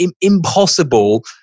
impossible